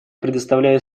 предоставлю